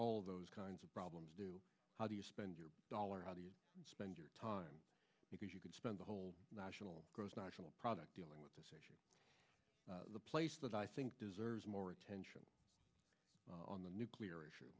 all those kinds of problems do how do you spend your dollar how do you spend your time because you could spend the whole national gross national product dealing with the place that i think deserves more attention on the nuclear issue